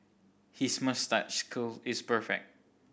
his moustache curl is perfect